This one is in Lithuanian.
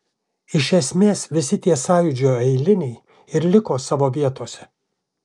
iš esmės visi tie sąjūdžio eiliniai ir liko savo vietose